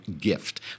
gift